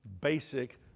basic